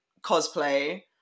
cosplay